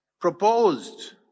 Proposed